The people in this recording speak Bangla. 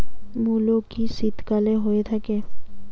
মূলো কি শীতকালে হয়ে থাকে?